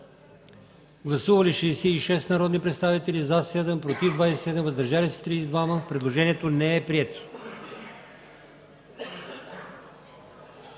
Гласували 120 народни представители: за 117, против няма, въздържали се 3. Предложението е прието.